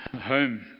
home